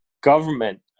government